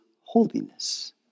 holiness